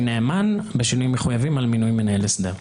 נאמן בשינויים המחויבים על מינוי מנהל הסדר.